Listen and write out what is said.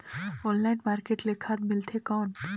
Online market ले खाद मिलथे कौन?